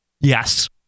yes